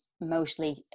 mostly